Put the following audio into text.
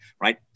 right